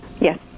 Yes